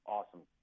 Awesome